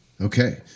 Okay